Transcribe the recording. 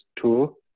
two